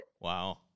Wow